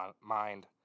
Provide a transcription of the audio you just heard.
mind